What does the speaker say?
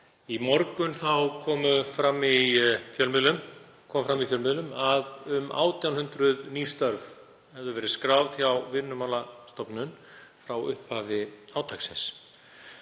Í morgun kom fram í fjölmiðlum að um 1.800 ný störf hefðu verið skráð hjá Vinnumálastofnun frá upphafi átaksins.